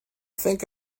think